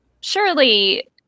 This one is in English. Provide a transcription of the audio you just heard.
surely